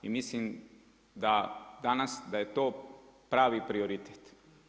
I mislim da danas da je to pravi prioritet.